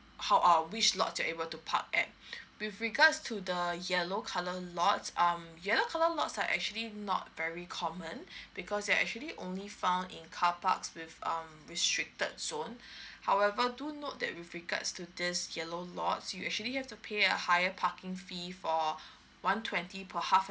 how err which lots you're able to park at with regards to the yellow colour lots um yellow colour lots they are actually not very common because they're actually only found in carparks with um restricted zone however do note that with regards to this yellow lot you actually have to pay a higher parking fee for one twenty per half an